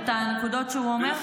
את הנקודות שהוא אומר?